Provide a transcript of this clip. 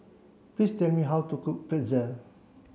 please tell me how to cook Pretzel